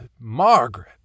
Margaret